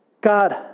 God